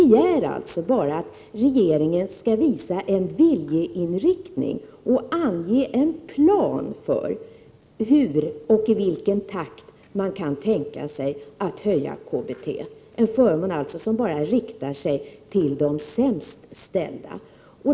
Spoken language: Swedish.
1988/89:110 bara begärt att regeringen skall visa en viljeinriktning och ange en plan för 9 maj 1989 hur och i vilken takt man kan tänka sig att höja KBT. Det är alltså en förmån, som bara riktar sig till de sämst ställda.